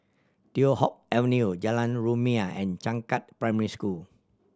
Teow Hock Avenue Jalan Rumia and Changkat Primary School